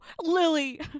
Lily